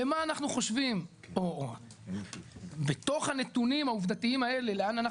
למה אנחנו חושבים או בתוך הנתונים העובדתיים האלה לאן אנחנו